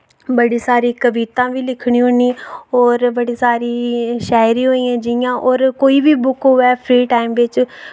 बड़ी सारी कवितां बी लिखनी होन्नी और बड़ी सारी शायरी होई गेई जि'यां और कोई बी बुक होवै फ्री टाइम बिच